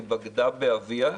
היא בגדה באביה,